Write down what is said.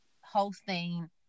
hosting